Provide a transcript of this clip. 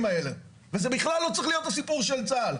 האלה וזה בכלל לא צריך להיות הסיפור של צה"ל.